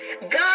God